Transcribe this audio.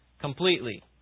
completely